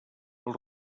els